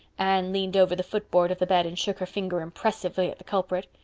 anne leaned over the footboard of the bed and shook her finger impressively at the culprit.